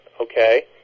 okay